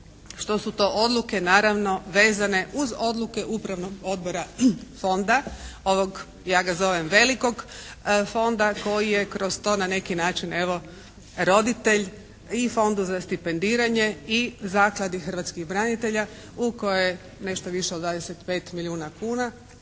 što su to odluke naravno vezane uz odluke Upravnog odbora fonda, ovog ja ga zovem velikog fonda koji je kroz to na neki način evo roditelj i Fondu za stipendiranje i Zakladi hrvatskih branitelja u kojoj je nešto više od 25 milijuna kuna.